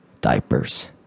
diapers